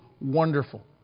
wonderful